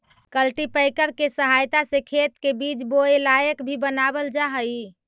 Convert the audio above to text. cultipacker के सहायता से खेत के बीज बोए लायक भी बनावल जा हई